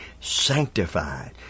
sanctified